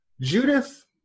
Judith